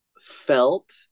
felt